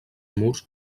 murs